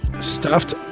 Stuffed